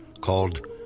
called